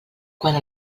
quant